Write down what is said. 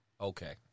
Okay